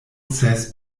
ses